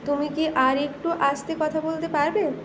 তুমি কি আরেকটু আস্তে কথা বলতে পারবে